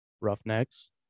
Roughnecks